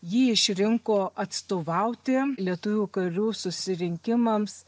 jį išrinko atstovauti lietuvių karių susirinkimams